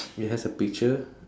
it has a picture